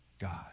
God